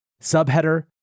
Subheader